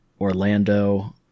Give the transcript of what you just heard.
Orlando